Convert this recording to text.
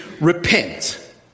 repent